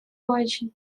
очень